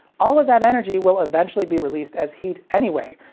all of that energy will eventually be released as heat anyway,